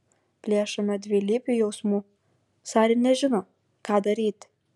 plėšoma dvilypių jausmų sari nežino ką daryti